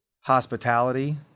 hospitality